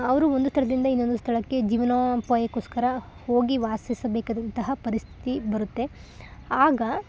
ಅವರು ಒಂದು ಸ್ಥಳದಿಂದ ಇನ್ನೊಂದು ಸ್ಥಳಕ್ಕೆ ಜೀವನೋಪಾಯಕೋಸ್ಕರ ಹೋಗಿ ವಾಸಿಸಬೇಕಾದಂತಹ ಪರಿಸ್ಥಿತಿ ಬರುತ್ತೆ ಆಗ